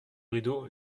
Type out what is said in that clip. rideau